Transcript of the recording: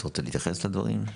רוצה להתייחס לדברים?